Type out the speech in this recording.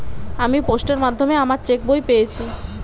আমি পোস্টের মাধ্যমে আমার চেক বই পেয়েছি